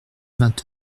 vingt